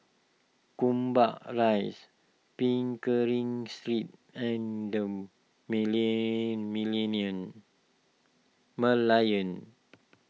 Gombak Rise Pickering Street and the Million Merlion